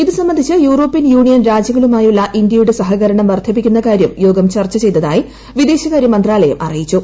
ഇത് സംബന്ധിച്ച European Union രാജ്യങ്ങളുമായുള്ള ഇന്ത്യയുടെ സഹകരണം വർദ്ധിപ്പിക്കുന്ന കാര്യം യോഗം ചർച്ച ചെയ്തതായി വിദേശകാര്യ മന്ത്രാലയം അറിയിച്ചു